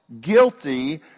guilty